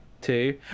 two